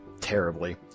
terribly